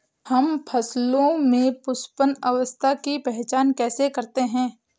हम फसलों में पुष्पन अवस्था की पहचान कैसे करते हैं?